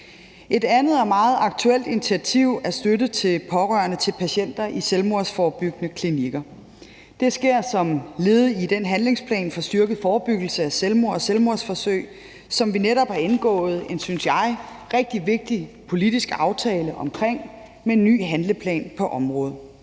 Et andet og meget aktuelt initiativ er støtte til pårørende til patienter i selvmordsforebyggende klinikker. Det sker som led i den handlingsplan for styrket forebyggelse af selvmord og selvmordsforsøg, som vi netop har indgået en, synes jeg, rigtig vigtig politisk aftale omkring med en ny handleplan på området.